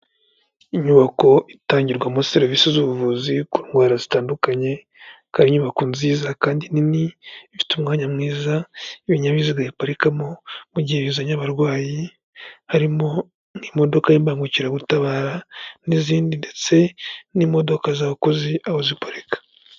Inyubako itangirwamo serivisi z'ubuvuzi ku ndwara zitandukanye, akaba ari nyubako nziza kandi nini, ifite umwanya mwiza y'ibinyabiziga biparikamo mu gihe bizanye abarwayi, harimo imodoka y'imbagukiragutabara n'izindi ndetse n'imodoka z'abakozi aho ziparika.